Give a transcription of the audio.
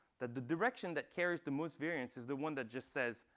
that the direction that carries the most variance is the one that just says,